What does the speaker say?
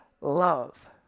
love